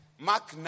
Mark